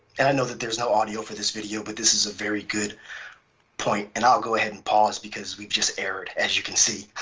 and i know that there's no audio for this video, but this is a very good point. and i'll go ahead and pause because we've just errored, as you can see.